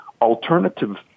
alternative